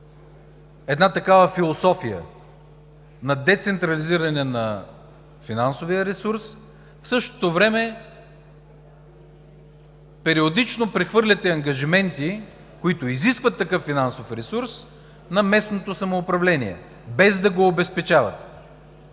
една такава философия на децентрализиране на финансовия ресурс. В същото време периодично прехвърляте ангажиментите, които изискват такъв финансов ресурс, на местното самоуправление, без да го обезпечавате.